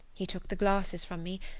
he took the glasses from me,